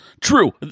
True